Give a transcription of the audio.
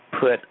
put